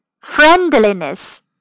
friendliness